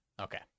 Okay